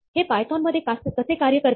हे पायथोन मध्ये कसे कार्य करते